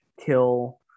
kill